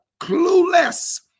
clueless